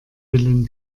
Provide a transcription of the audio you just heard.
willen